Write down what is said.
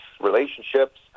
relationships